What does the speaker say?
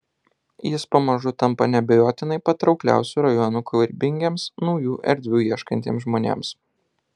jis pamažu tampa neabejotinai patraukliausiu rajonu kūrybingiems naujų erdvių ieškantiems žmonėms